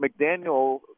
mcdaniel